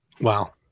Wow